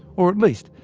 or at least,